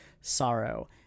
sorrow